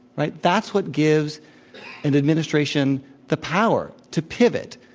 right? that's what gives an administration the power to pivot,